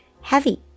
heavy